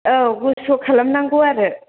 औ गुसु खालामनांगौ आरो